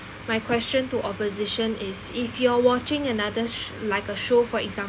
my question to opposition is if you're watching another sh~ like a show for example